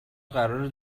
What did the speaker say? قراره